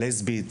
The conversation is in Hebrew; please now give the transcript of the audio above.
או לסבית,